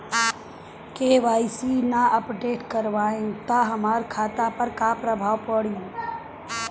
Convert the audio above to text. KYC ना update करवाएम त हमार खाता पर का प्रभाव पड़ी?